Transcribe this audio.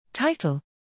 Title